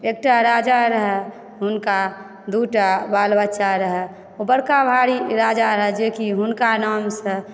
एकटा राजा रहए हुनका दूटा बाल बच्चा रहए ओ बड़का भारी राजा रहए जेकि हुनका नामसंँ